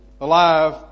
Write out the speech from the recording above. alive